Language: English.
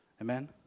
Amen